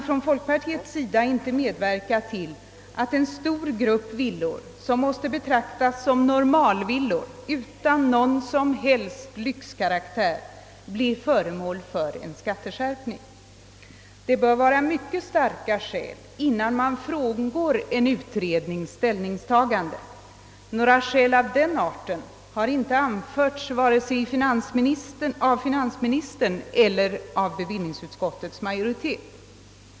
Folkpartiet kan inte med 'verka till att en stor grupp villor som måste betraktas som normala villor utan någon söm helst lyxkaraktär blir föremål för :skatteskärpning. Det måste finnas mycket starka skäl för att frångå en utrednings ställningstagande, men några sådana skäl har inte anförts vare sig av finansministern eller bevillningsutskottets majoritet.